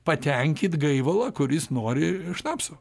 patenkyt gaivalą kuris nori šnapso